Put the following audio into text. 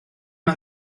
mae